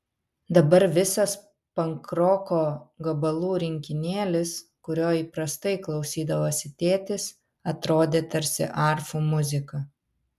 dabar visas pankroko gabalų rinkinėlis kurio įprastai klausydavosi tėtis atrodė tarsi arfų muzika